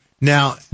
Now